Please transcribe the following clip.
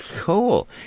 Cool